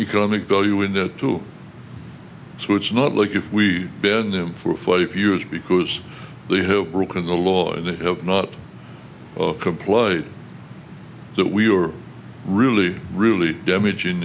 economic value in that too so it's not like if we bend them for five years because they have broken the law and they have not complied that we are really really damaging